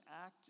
act